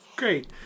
great